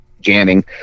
jamming